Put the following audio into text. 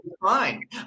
Fine